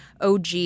OG